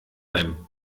beim